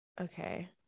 Okay